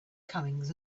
comings